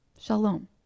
Shalom